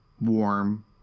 warm